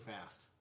fast